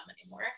anymore